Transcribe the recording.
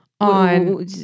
on